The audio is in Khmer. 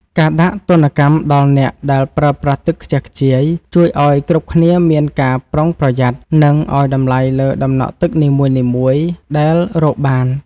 ការដាក់ទណ្ឌកម្មដល់អ្នកដែលប្រើប្រាស់ទឹកខ្ជះខ្ជាយជួយឱ្យគ្រប់គ្នាមានការប្រុងប្រយ័ត្ន និងឱ្យតម្លៃលើដំណក់ទឹកនីមួយៗដែលរកបាន។